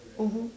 mmhmm